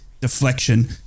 deflection